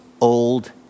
old